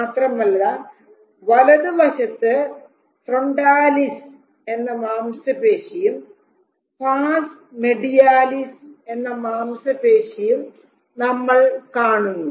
മാത്രമല്ല വലതുവശത്ത് ഫ്രൊണ്ടാലിസ് എന്ന മാംസപേശിയും പാർസ് മെഡിയാലിസ് എന്ന മാംസപേശിയും നമ്മൾ കാണുന്നു